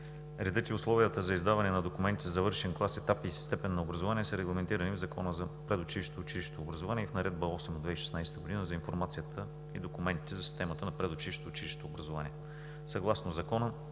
редът и условията за издаване на документи за завършен клас, етап и степен на образование са регламентирани в Закона за предучилищното и училищното образование и в Наредба № 8 от 2016 г. за информацията и документите за системата на предучилищното и училищното образование. Съгласно Закона